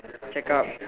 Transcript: check up